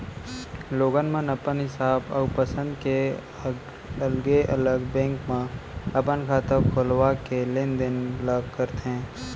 लोगन मन अपन हिसाब अउ पंसद के अलगे अलग बेंक म अपन खाता खोलवा के लेन देन ल करथे